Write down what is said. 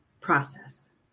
process